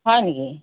হয় নেকি